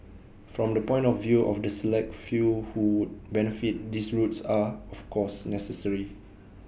from the point of view of the select few who benefit these routes are of course necessary